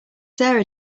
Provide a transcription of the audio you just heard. sarah